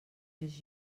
més